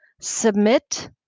Submit